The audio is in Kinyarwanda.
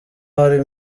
hari